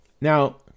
now